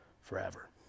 forever